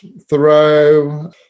Thoreau